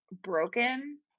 broken